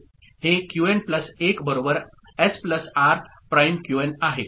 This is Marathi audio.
हे क्यूएन प्लस 1 बरोबर S plus R prime Q N आहे